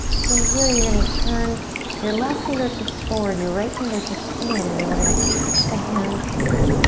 from here you're gonna turn your left fingertips forward, your right fingertips in and then we're gonna catch the hands here.